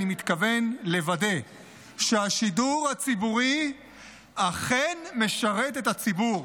אני מתכוון לוודא שהשידור הציבורי אכן משרת את הציבור,